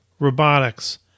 Robotics